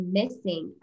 missing